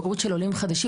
בגרות של עולים חדשים.